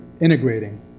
integrating